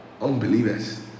unbelievers